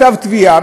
כתב תביעה,